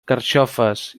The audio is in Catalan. carxofes